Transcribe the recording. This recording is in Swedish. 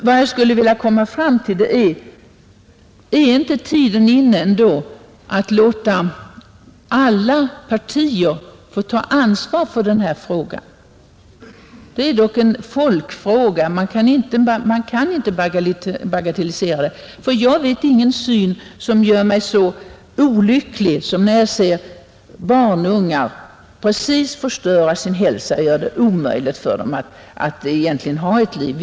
Vad jag skulle vilja komma fram till är frågan: Är inte tiden inne att att komma till rätta med narkotikaproblemet att komma till rätta med narkotikaproblemet låta alla partier ta ansvar för detta problem? Det är dock en folkfråga; man kan inte bagatellisera den. Det finns ingen syn som gör mig så olycklig som att se barnungar totalt förstöra sin hälsa med narkotika, som gör det omöjligt för dem att föra något riktigt liv.